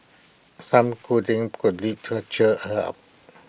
some cuddling could cheer her up